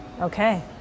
Okay